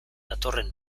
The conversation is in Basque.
datorren